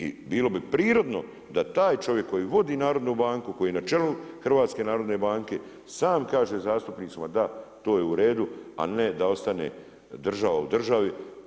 I bilo bi prirodno da taj čovjek koji vodi narodnu banku, koji je na čelu HNB-a sam kaže zastupnicima da to je u redu, a ne da ostane država u državi.